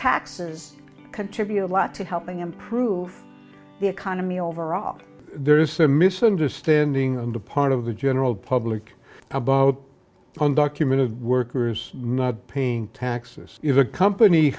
taxes contribute a lot to helping improve the economy overall there is a misunderstanding on the part of the general public about undocumented workers not paying taxes if a company